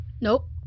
Nope